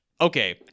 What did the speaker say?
Okay